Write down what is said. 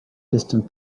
distant